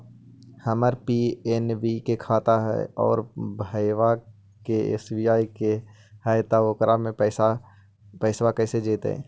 हमर पी.एन.बी के खाता है और भईवा के एस.बी.आई के है त ओकर पर पैसबा कैसे जइतै?